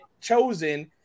chosen